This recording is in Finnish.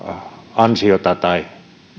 ansiota tai